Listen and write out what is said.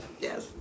Yes